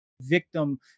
victim